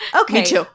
Okay